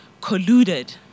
colluded